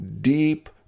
deep